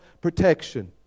protection